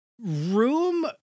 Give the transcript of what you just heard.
room